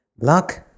luck